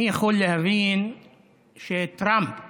אני יכול להבין שטראמפ